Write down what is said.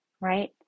right